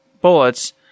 bullets